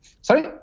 Sorry